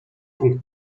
punkt